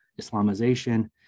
Islamization